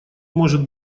может